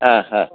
ಹಾಂ ಹಾಂ